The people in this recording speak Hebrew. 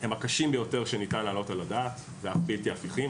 הם הקשים ביותר שניתן להעלות על הדעת ואף בלתי הפיכים.